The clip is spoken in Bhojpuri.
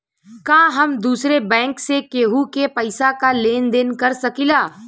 का हम दूसरे बैंक से केहू के पैसा क लेन देन कर सकिला?